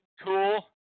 cool